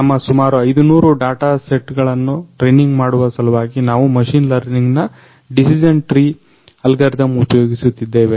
ನಮ್ಮ ಸುಮಾರು 500 ಡಾಟ ಸೆಟ್ಗಳನ್ನ ಟ್ರೇನಿಂಗ್ ಮಾಡುವ ಸಲುವಾಗಿ ನಾವು ಮಷಿನ್ ಲರ್ನಿಂಗ್ನ ಡಿಸಿಜೆನ್ ಟ್ರಿ ಅಲ್ಗರಿದಮ್ ಉಪಯೋಗಿಸುತ್ತಿದ್ದೇವೆ